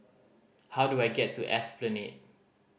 how do I get to Esplanade